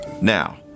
Now